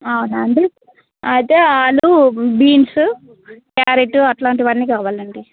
అవునా అండి అయితే ఆలు బీన్స్ క్యారెట్ అలాంటివన్నీ కావాలండి